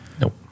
nope